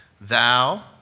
Thou